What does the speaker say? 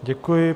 Děkuji.